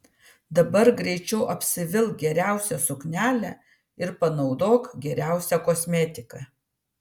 dabar greičiau apsivilk geriausią suknelę ir panaudok geriausią kosmetiką